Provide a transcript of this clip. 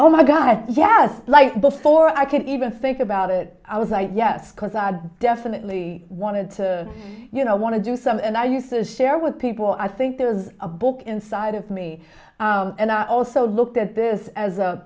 oh my god yes like before i could even think about it i was like yes because i definitely wanted to you know want to do some and i use is share with people i think there is a book inside of me and i also looked at this as a